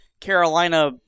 Carolina